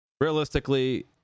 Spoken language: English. realistically